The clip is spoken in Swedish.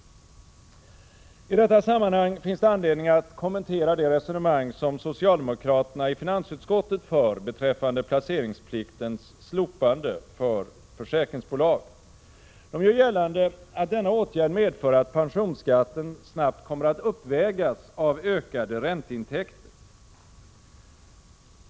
I detta sammanhang finns det anledning att kommentera det resonemang som socialdemokraterna i finansutskottet för beträffande placeringspliktens slopande för försäkringsbolag. De gör gällande att denna åtgärd medför att pensionsskatten snabbt kommer att uppvägas av ökade ränteintäkter.